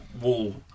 wall